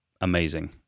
Amazing